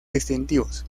distintivos